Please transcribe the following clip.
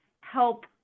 help